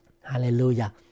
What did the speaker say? Hallelujah